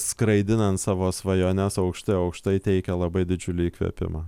skraidinant savo svajones aukštai aukštai teikia labai didžiulį įkvėpimą